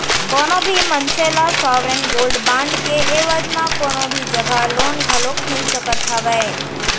कोनो भी मनसे ल सॉवरेन गोल्ड बांड के एवज म कोनो भी जघा लोन घलोक मिल सकत हावय